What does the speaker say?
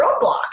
roadblock